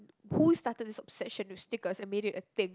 who started this obsession with stickers and made it a thing